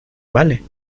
vale